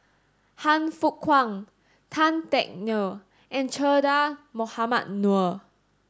Han Fook Kwang Tan Teck Neo and Che Dah Mohamed Noor